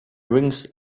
wings